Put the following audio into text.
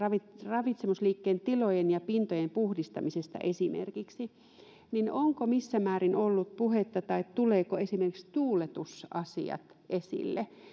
ravitsemusliikkeen tilojen ja pintojen puhdistamisesta esimerkiksi onko missä määrin ollut puhetta tai tulevatko esimerkiksi tuuletusasiat